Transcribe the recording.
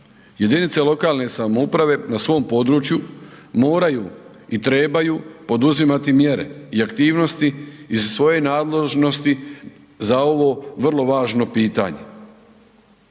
Jedinice lokalne samouprave na svom području moraju i trebaju poduzimati mjere i aktivnosti iz svoje nadležnosti za ovo vrlo važno pitanje.